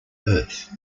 earth